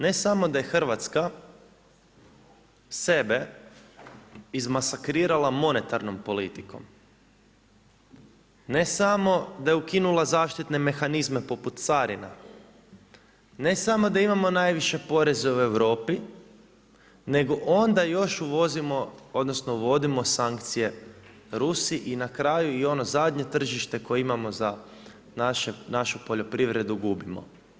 Ne samo da je Hrvatska sebe izmasakrirala monetarnom politikom, ne samo da je ukinula zaštitne mehanizme poput carina, ne samo da imamo najviše poreze u Europi nego onda još uvozimo, odnosno uvodimo sankcije Rusi i na kraju i ono zadnje tržište koje imamo za našu poljoprivredu gubimo.